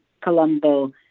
Colombo